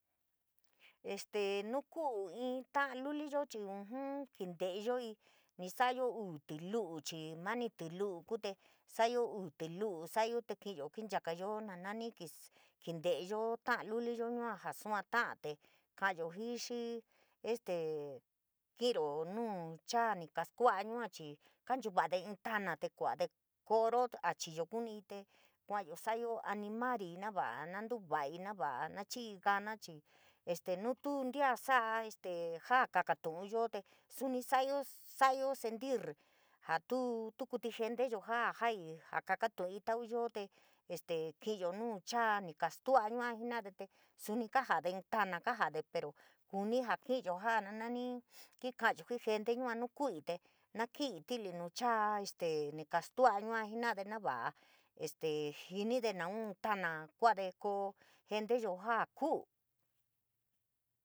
Este nuu ku'u inn ta'an liuliyo chii ujun kinte'eyoii nii sa'a in tlu'u chii, manitilu'u kuu te, sa'ayo uu tilu'u sa'ayo te ki'iyo kinchakayo naa nani kinte'eyo ta'a luliyo yua jaa suaa ya'a te ka'ayo jii xii, este ki´iro nu chaa ni kaskua'a yua chii kanchuva'ade inn tana te kuade te ko'oro achiyo kunii te kua'ayo sa'ayo animar iii na va'a na ntuva'aii nu va'a na chii'ii gana, chii este nu tuu ntia sa'a este jaa kakastu'unyo, te suni sa'ayo sa'ayo sentir jaa tuu tukuítí genteyo jaa jaii jaa kakatu'uii tau yoo, te este ki'inyo nuu cháá ni kastu'ua yua jena'ade te suni ka'ade tana, kaja'ade pero, kuni jaa ki'inyo ja na nani ki ka'ai jii gente yua nuu ku'uii te naa ki'ii ti'ilii nu cháá este ni kastu'ua yua jena'ade naa va'a este jinide nauun tana kua'ade ko'o genteyo jaa ku'u